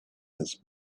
his